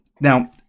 now